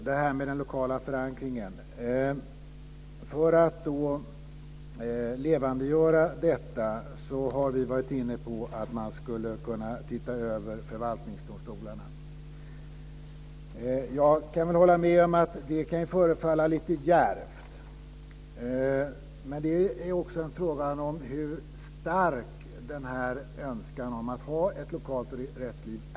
Fru talman! Den lokala förankringen har nämnts. För att levandegöra detta kan jag säga att vi har varit inne på att man skulle kunna se över förvaltningsdomstolarna. Jag kan hålla med om att det kan förefalla lite djärvt. Men det är också en fråga om hur stark önskan är att ha ett lokalt rättsliv.